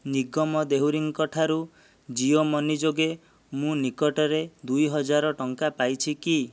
ନିଗମ ଦେହୁରୀଙ୍କ ଠାରୁ ଜିଓ ମନି ଯୋଗେ ମୁଁ ନିକଟରେ ଦୁଇ ହଜାର ଟଙ୍କା ପାଇଛି କି